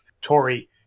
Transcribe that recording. Tory